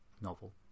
novel